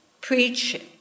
preach